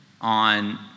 on